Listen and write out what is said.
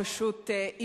האירוניה בדבריך היא פשוט,